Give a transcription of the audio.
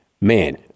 man